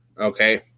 Okay